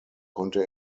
konnte